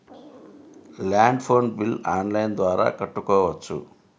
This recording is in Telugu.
ల్యాండ్ ఫోన్ బిల్ ఆన్లైన్ ద్వారా కట్టుకోవచ్చు?